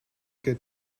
good